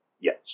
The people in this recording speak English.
Yes